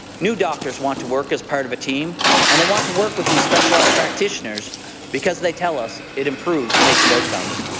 new doctors want to work as part of a team and they want to work with these specialized practitioners because they tell us it improves patient outcomes.